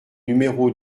numéro